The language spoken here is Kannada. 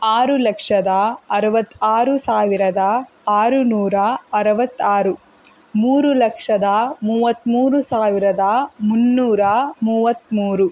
ಆರು ಲಕ್ಷದ ಅರವತ್ತಾರು ಸಾವಿರದ ಆರುನೂರ ಅರವತ್ತಾರು ಮೂರು ಲಕ್ಷದ ಮೂವತ್ತ್ಮೂರು ಸಾವಿರದ ಮೂನ್ನೂರ ಮೂವತ್ತ್ಮೂರು